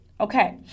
Okay